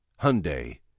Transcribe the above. Hyundai